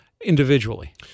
Individually